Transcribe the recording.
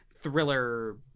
thriller